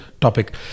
topic